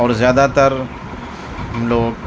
اور زیادہ تر لوگ